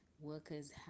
workers